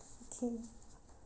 okay